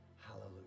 Hallelujah